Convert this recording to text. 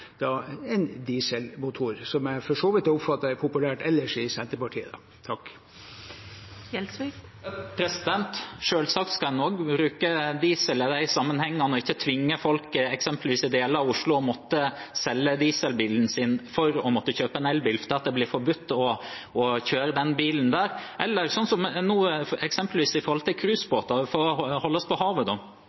en dieselmotor, som jeg for så vidt har oppfattet er populært ellers i Senterpartiet. Selvsagt skal en bruke diesel også i disse sammenhengene og ikke tvinge folk eksempelvis i deler av Oslo til å måtte selge dieselbilen sin og kjøpe elbil fordi det blir forbudt å kjøre den bilen der. Eller sånn som nå, eksempelvis når det gjelder cruisebåter, for å holde oss på